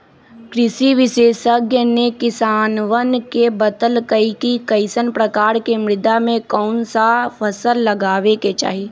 कृषि विशेषज्ञ ने किसानवन के बतल कई कि कईसन प्रकार के मृदा में कौन सा फसल लगावे के चाहि